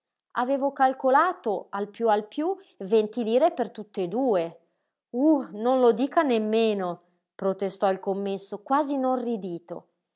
avevo calcolato al piú al piú venti lire per tutt'e due uh non lo dica nemmeno protestò il commesso quasi inorridito guardi si